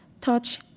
touch